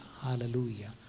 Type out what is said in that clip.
hallelujah